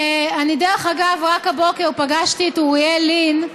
אני, דרך אגב, רק הבוקר פגשתי את אוריאל לין,